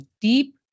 deep